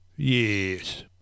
Yes